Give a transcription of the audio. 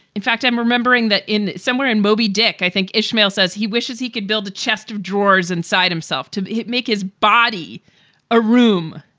in fact, i'm remembering that in somewhere in moby dick, i think ishmael says he wishes he could build a chest of drawers inside himself to make his body a room,